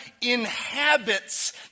inhabits